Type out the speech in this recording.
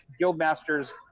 Guildmasters